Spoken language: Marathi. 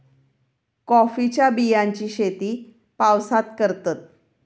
कॉफीच्या बियांची शेती पावसात करतत